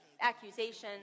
accusations